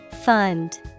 Fund